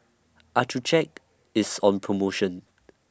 Accucheck IS on promotion